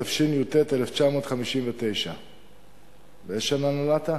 התשי"ט 1959. באיזו שנה נולדת?